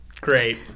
great